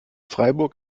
freiburg